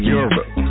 Europe